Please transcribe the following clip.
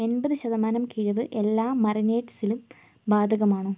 എൺപത് ശതമാനം കിഴിവ് എല്ലാ മറിനേഡ്സിലും ബാധകമാണോ